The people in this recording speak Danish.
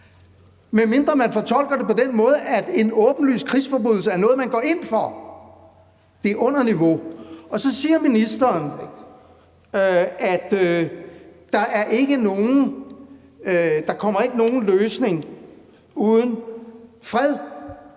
medmindre man fortolker det på den måde, at en åbenlys krigsforbrydelse er noget, man går ind for. Det er under niveau. Så siger ministeren, at der ikke kommer nogen løsning uden fred.